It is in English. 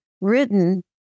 written